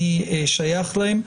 אני שייך להם.